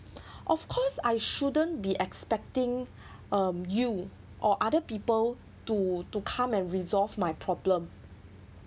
of course I shouldn't be expecting um you or other people to to come and resolve my problem